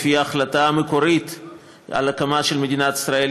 לפי ההחלטה המקורית על ההקמה של מדינת ישראל,